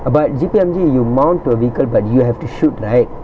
but G_P_M_G you mount to a vehicle but you have to shoot right